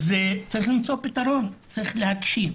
אז צריך למצוא פתרון, צריך להקשיב.